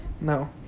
No